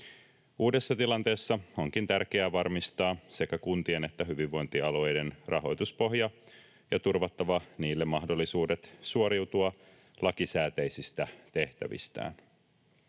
Uudessa tilanteessa onkin tärkeää varmistaa sekä kuntien että hyvinvointialueiden rahoituspohja ja turvattava niille mahdollisuudet suoriutua lakisääteisistä tehtävistään.